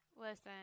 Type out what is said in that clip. Listen